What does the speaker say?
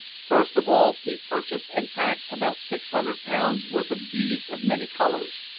first of all, he purchased and packed about six hundred pounds worth of beads of many colours,